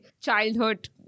childhood